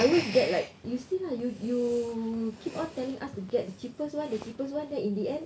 I always get like you see lah you you keep on telling us to get the cheapest one the cheapest one then in the end